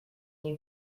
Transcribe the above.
you